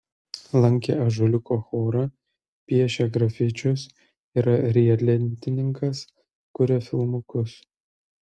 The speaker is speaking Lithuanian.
lankė ąžuoliuko chorą piešia grafičius yra riedlentininkas kuria filmukus